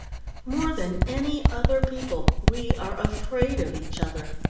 more than any other people we are afraid of each other.